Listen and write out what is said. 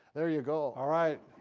there you go alright